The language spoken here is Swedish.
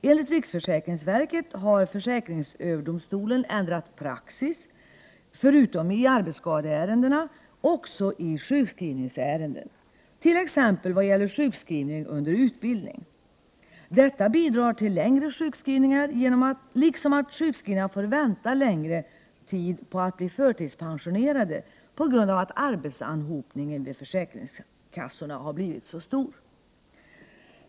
Enligt riksförsäkringsverket har försäkringsöverdomstolen ändrat praxis förutom i arbetsskadeärenden också i sjukskrivningsärenden, t.ex. vad gäller sjukskrivning under utbildning. Detta bidrar till längre sjukskrivningar liksom till att sjukskrivna får vänta längre tid på att bli förtidspensionerade på grund av att arbetsanhopningen vid försäkringskassorna har blivit så stor.